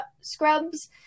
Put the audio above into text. scrubs